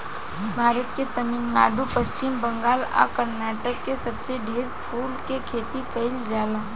भारत के तमिलनाडु, पश्चिम बंगाल आ कर्नाटक में सबसे ढेर फूल के खेती कईल जाला